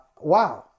Wow